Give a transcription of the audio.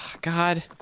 God